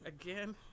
again